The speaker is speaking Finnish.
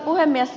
puhemies